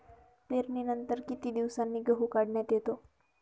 पेरणीनंतर किती दिवसांनी गहू काढण्यात येतो?